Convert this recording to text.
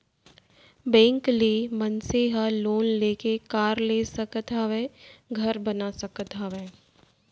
bank ले मनसे ह लोन लेके कार ले सकत हावय, घर बना सकत हावय